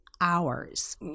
hours